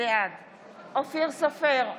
בעד אופיר סופר,